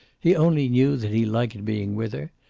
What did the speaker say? he only knew that he liked being with her,